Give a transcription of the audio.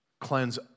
cleanse